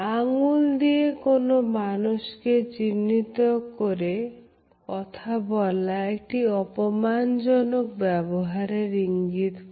আঙ্গুল দিয়ে কোন মানুষকে চিহ্নিত করে কথা বলা একটি অপমানজনক ব্যবহারের ইঙ্গিত করে